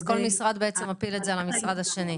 כל משרד בעצם מפיל את זה על המשרד השני.